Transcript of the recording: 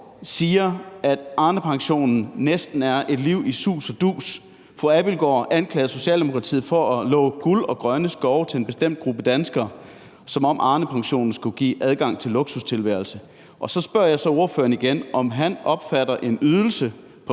siger, at Arnepensionen næsten er et liv i sus og dus, og anklager Socialdemokratiet for at love guld og grønne skove til en bestemt gruppe danskere, som om Arnepensionen skulle give adgang til en luksustilværelse, så spørger jeg ordføreren igen, om han opfatter en ydelse på